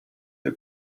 del